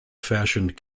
fashioned